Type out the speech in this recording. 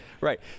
Right